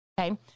Okay